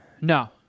No